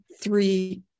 three